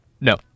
No